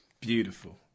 beautiful